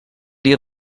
dia